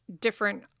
different